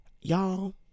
Y'all